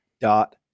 dot